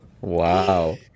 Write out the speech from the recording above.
Wow